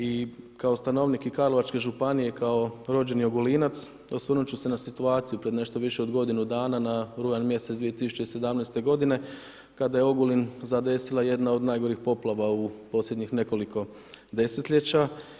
I kao stanovnik i Karlovačke županije i kao rođeni Ogulinac osvrnuti ću se na situaciju pred nešto više od godinu dana na rujan mjesec 2017. godine kada je Ogulin zadesila jedna od najgorih poplava u posljednjih nekoliko desetljeća.